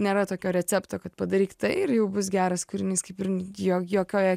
nėra tokio recepto kad padaryk tai ir jau bus geras kūrinys kaip ir jo jokioje